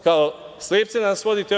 Kao slepce nas vodite u EU.